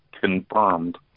confirmed